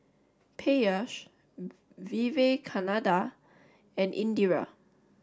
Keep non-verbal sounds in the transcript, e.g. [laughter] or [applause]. Peyush [unintelligible] Vivekananda and Indira